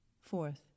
Fourth